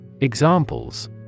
Examples